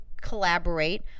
collaborate